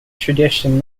tradition